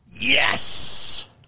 Yes